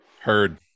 heard